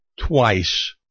twice